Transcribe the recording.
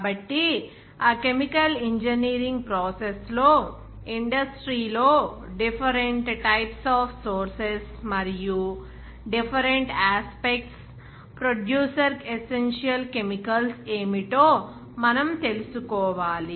కాబట్టి ఆ chemical engineering process లో ఇండస్ట్రీ లో డిఫరెంట్ టైప్స్ ఆఫ్ సోర్సెస్ మరియు different aspects producer essential chemicals ఏమిటో మనం తెలుసుకోవాలి